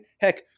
Heck